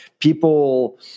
People